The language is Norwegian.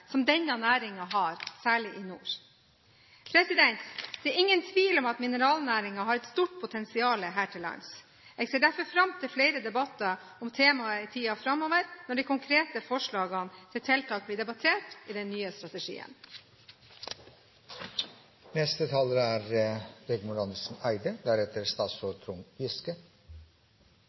som denne næringen har, særlig i nord. Det er ingen tvil om at mineralnæringen har et stort potensial her til lands. Jeg ser derfor fram til flere debatter om temaet i tiden framover – når de konkrete forslagene til tiltak blir debattert i den nye strategien. Norge er